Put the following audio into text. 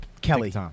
Kelly